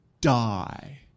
Die